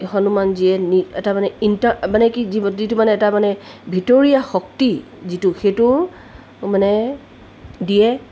হনুমান যিয়ে নি এটা মানে ইন্টাৰ মানে কি যি যিটো মানে এটা মানে ভিতৰুৱা শক্তি যিটো সেইটো মানে দিয়ে